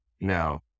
No